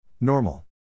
Normal